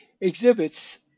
exhibits